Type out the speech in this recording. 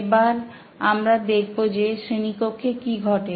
এবার আমরা দেখবো যে শ্রেণীকক্ষে কি ঘটে